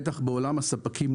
בטח בעולם הספקים,